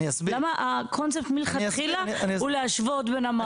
למה הקונספט מלכתחילה הוא להשוות בין המערכות?